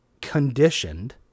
conditioned